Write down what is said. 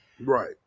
right